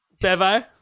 Bevo